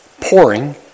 pouring